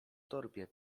torbie